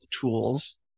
tools